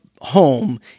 home